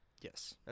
Yes